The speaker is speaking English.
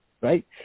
right